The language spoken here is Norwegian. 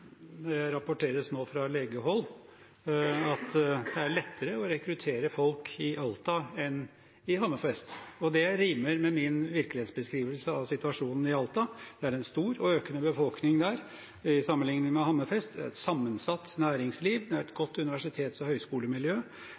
Det rapporteres nå fra legehold at det er lettere å rekruttere folk i Alta enn i Hammerfest, og det rimer med min virkelighetsbeskrivelse av situasjonen i Alta. Det er en stor og økende befolkning der sammenlignet med Hammerfest, det er et sammensatt næringsliv og et godt universitets- og høyskolemiljø. Det er et godt tilbud til barn og